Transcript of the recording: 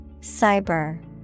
Cyber